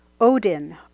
Odin